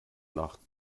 nach